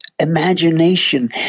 imagination